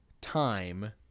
time